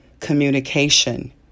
communication